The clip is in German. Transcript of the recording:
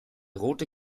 rote